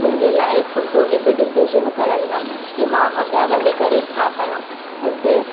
मुंहिंजे लाइ सुठो हिकु डिसीशन खणंदा कि मां अॻियां वञी करे छा कयां मूंखे